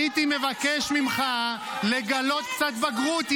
הייתי מבקש ממך לגלות קצת בגרות,